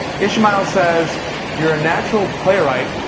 ishmael says you're a natural playwright.